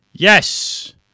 Yes